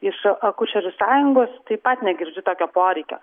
iš akušerių sąjungos taip pat negirdžiu tokio poreikio